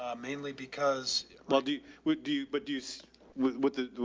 ah mainly because, well do we do, but do you, so what, what the,